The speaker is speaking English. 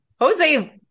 Jose